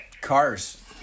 cars